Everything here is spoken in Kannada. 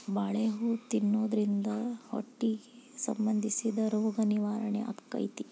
ಬಾಳೆ ಹೂ ತಿನ್ನುದ್ರಿಂದ ಹೊಟ್ಟಿಗೆ ಸಂಬಂಧಿಸಿದ ರೋಗ ನಿವಾರಣೆ ಅಕೈತಿ